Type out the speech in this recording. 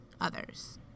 others